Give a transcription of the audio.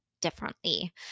differently